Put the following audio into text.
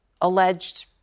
alleged